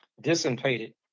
dissipated